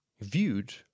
viewed